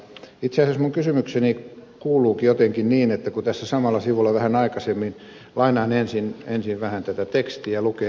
itse asiassa kysymykseni liittyykin siihen kun tässä samalla sivulla vähän aikaisemmin lainaan ensin vähän tätä tekstiä lukee